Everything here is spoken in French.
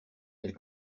elle